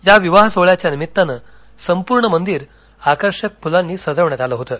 या विवाह सोहळ्याच्या निमित्तानं संपूर्ण मंदिर आकर्षक फुलांनी सजविण्यात आलं होतं